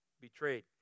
Betrayed